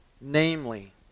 namely